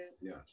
Yes